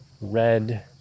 red